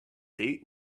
date